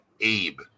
Abe